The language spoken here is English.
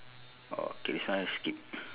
okay this one I skip